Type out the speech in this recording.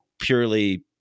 purely